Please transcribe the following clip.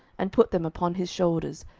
and put them upon his shoulders,